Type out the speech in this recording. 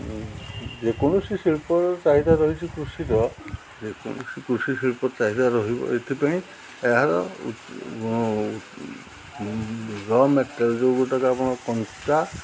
ଯେକୌଣସି ଶିଳ୍ପର ଚାହିଦା ରହିଛିି କୃଷିର ଯେକୌଣସି କୃଷି ଶିଳ୍ପ ଚାହିଦା ରହିବ ଏଥିପାଇଁ ଏହାର ର' ମ୍ୟାଟେରିଆଲ୍ ଯେଉଁ ଗୁଡ଼ାକ ଆପଣ କଞ୍ଚା